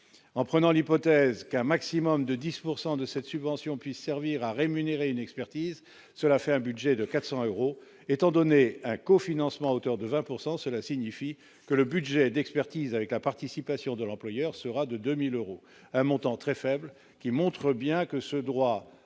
en prenant l'hypothèse qu'un maximum de 10 pourcent de cette subvention puisse servir à rémunérer une expertise, cela fait un budget de 400 euros étant donné un cofinancement à hauteur de 20 pourcent cela signifie que le budget d'expertise, avec la participation de l'employeur sera de 2000 euros, un montant très faible qui montre bien que ce droit